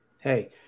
Hey